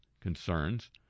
concerns